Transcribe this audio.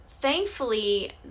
Thankfully